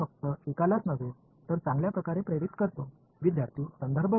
மாணவர் இது 1 ஐ மட்டுமே தூண்டும் நான் நன்றாகத் தூண்டுவேன் ஆனால்1 அல்ல